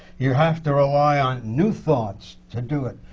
you have to rely on new thoughts to do it.